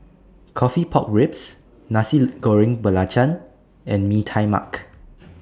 Coffee Pork Ribs Nasi Goreng Belacan and Mee Tai Mak